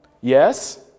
Yes